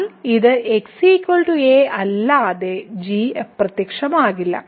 എന്നാൽ ഇത് x a അല്ലാതെ g അപ്രത്യക്ഷമാകില്ല